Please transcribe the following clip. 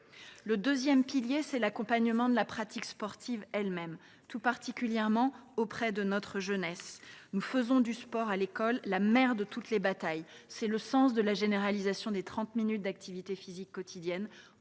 Le second pilier est l’accompagnement de la pratique sportive elle même, tout particulièrement auprès de notre jeunesse. Nous faisons du sport à l’école la mère de toutes les batailles. La meilleure illustration en est la généralisation des trente minutes d’activité physique quotidienne